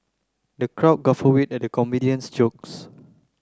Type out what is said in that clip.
the crowd guffawed at the comedian's jokes